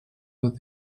with